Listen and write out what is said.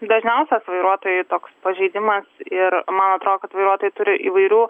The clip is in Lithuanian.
dažniausias vairuotojų toks pažeidimas ir man atrodo kad vairuotojai turi įvairių